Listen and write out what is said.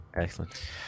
excellent